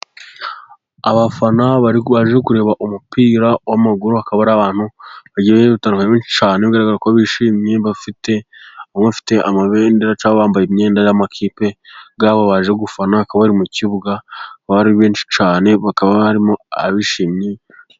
Abafana baje kureba umupira w'amaguru, akaba ari abantu bagiye batandukanye benshi cyane, bigaragara ko bishimye bafite amabendera cyangwa bambaye imyenda y'amakipe yaho, baje gufana bakaba bari mu kibuga ari benshi cyane, hakaba harimo abishimye...